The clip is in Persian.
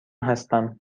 هستم